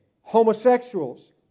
homosexuals